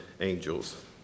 angels